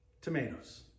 tomatoes